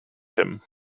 him